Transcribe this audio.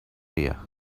here